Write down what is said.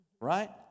right